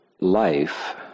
life